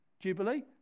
Jubilee